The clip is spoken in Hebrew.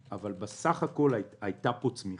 בסך הכול הייתה פה צמיחה.